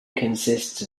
consists